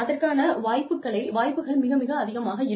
அதற்கான வாய்ப்புகள் மிக மிக அதிகமாக இருக்கும்